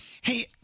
Hey